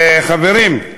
חברים,